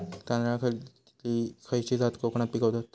तांदलतली खयची जात कोकणात पिकवतत?